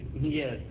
Yes